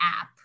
app